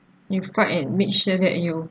you fight and make sure that you